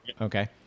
Okay